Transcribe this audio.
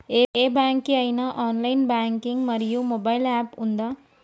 ఏ bank కి ఐనా online banking మరియు మొబైల్ యాప్ ఉందా?